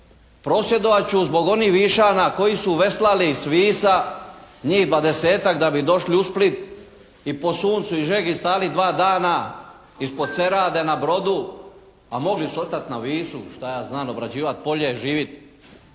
Prosvjedovat ću zbog onih Višana koji su veslali s Visa, njih 20-tak da bi došli u Split i po suncu i žegi stajali dva dana ispod cerade na brodu a mogli su ostati na Visu. Šta ja znam, obrađivati polje, živiti